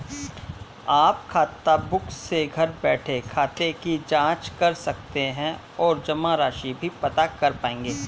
आप खाताबुक से घर बैठे खाते की जांच कर सकते हैं और जमा राशि भी पता कर पाएंगे